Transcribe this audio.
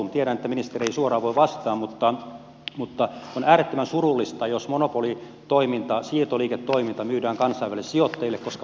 tiedän että ministeri ei suoraan voi vastata mutta on äärettömän surullista jos monopolitoiminta siirtoliiketoiminta myydään kansainvälisille sijoittajille koska maksajina ovat takuuvarmasti sähkönkäyttäjät